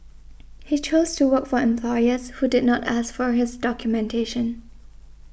he chose to work for employers who did not ask for his documentation